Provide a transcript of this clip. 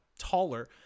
taller